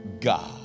God